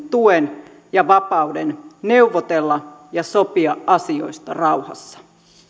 tuen ja vapauden neuvotella ja sopia asioista rauhassa